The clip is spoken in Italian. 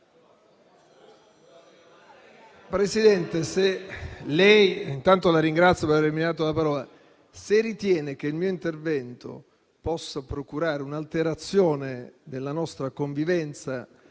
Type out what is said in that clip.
Presidente, intanto la ringrazio per avermi dato la parola. Se lei ritiene che il mio intervento possa procurare un'alterazione della nostra convivenza...